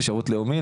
לשירות לאומי,